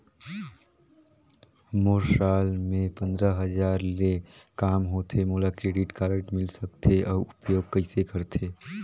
मोर साल मे पंद्रह हजार ले काम होथे मोला क्रेडिट कारड मिल सकथे? अउ उपयोग कइसे करथे?